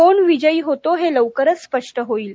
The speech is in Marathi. कोण विजयी होतो हे लवकरच स्पष्ट होईल